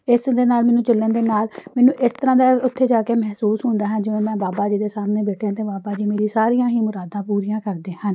ਇਸ ਦੇ ਨਾਲ ਮੈਨੂੰ ਚੱਲਣ ਦੇ ਨਾਲ ਮੈਨੂੰ ਇਸ ਤਰ੍ਹਾਂ ਦਾ ਉੱਥੇ ਜਾ ਕੇ ਮਹਿਸੂਸ ਹੁੰਦਾ ਹੈ ਜਿਵੇਂ ਮੈਂ ਬਾਬਾ ਜੀ ਦੇ ਸਾਹਮਣੇ ਬੈਠੀ ਹਾਂ ਅਤੇ ਬਾਬਾ ਜੀ ਮੇਰੀ ਸਾਰੀਆਂ ਹੀ ਮੁਰਾਦਾਂ ਪੂਰੀਆਂ ਕਰਦੇ ਹਨ